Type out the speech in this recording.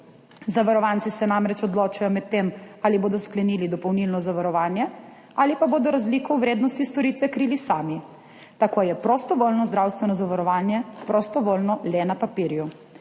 Zavarovanci se namreč odločajo med tem, ali bodo sklenili dopolnilno zavarovanje ali pa bodo razliko v vrednosti storitve krili sami. Tako je prostovoljno zdravstveno zavarovanje prostovoljno le na papirju.